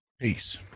Peace